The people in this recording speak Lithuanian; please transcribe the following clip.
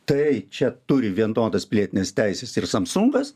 tai čia turi vienodas pilietines teises ir samsungas